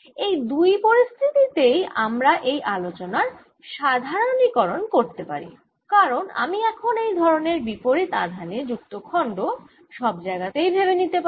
এই দুই পরিস্থিতিতেই আমরা এই আলোচনার সাধারণীকরণ করতে পারি কারণ আমি এখন এই ধরনের বিপরীত আধানে যুক্ত খণ্ড সব জায়গা তেই ভেবে নিতে পারি